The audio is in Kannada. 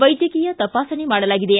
ವೈದ್ಯಕೀಯ ತಪಾಸಣೆ ಮಾಡಲಾಗಿದೆ